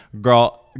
Girl